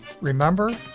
Remember